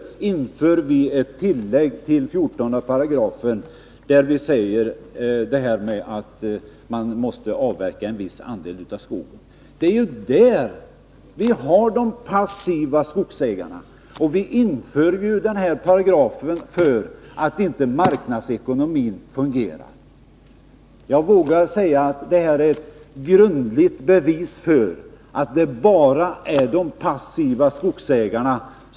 Vi föreslår därför att det skall göras ett tillägg till 14 §, där det anges att man måste avverka en viss andel av skogen. Vi föreslår tillägget, därför att marknadsekonomin inte fungerar på de passiva skogsägarna.